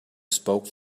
spoke